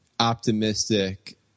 optimistic